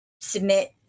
submit